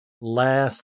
last